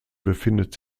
befindet